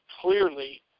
clearly